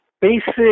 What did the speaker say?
basic